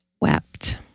Wept